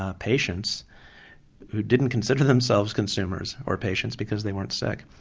ah patients who didn't consider themselves consumers or patients because they weren't sick.